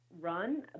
run